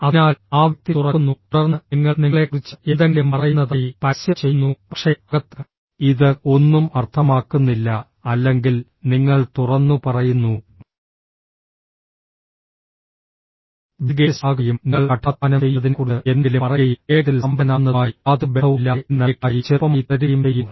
അതിനാൽ ആ വ്യക്തി തുറക്കുന്നു തുടർന്ന് നിങ്ങൾ നിങ്ങളെക്കുറിച്ച് എന്തെങ്കിലും പറയുന്നതായി പരസ്യം ചെയ്യുന്നു പക്ഷേ അകത്ത് ഇത് ഒന്നും അർത്ഥമാക്കുന്നില്ല അല്ലെങ്കിൽ നിങ്ങൾ തുറന്നുപറയുന്നു ബിൽ ഗേറ്റ്സ് ആകുകയും നിങ്ങൾ കഠിനാധ്വാനം ചെയ്യുന്നതിനെക്കുറിച്ച് എന്തെങ്കിലും പറയുകയും വേഗത്തിൽ സമ്പന്നനാകുന്നതുമായി യാതൊരു ബന്ധവുമില്ലാതെ എന്നെന്നേക്കുമായി ചെറുപ്പമായി തുടരുകയും ചെയ്യുന്നു